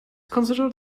considered